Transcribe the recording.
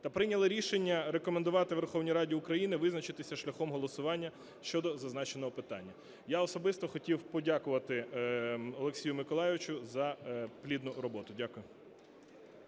та прийняли рішення рекомендувати Верховній Раді України визначитися шляхом голосування щодо зазначеного питання. Я особисто хотів подякувати Олексію Миколайовичу за плідну роботу. Дякую.